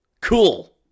Cool